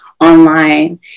online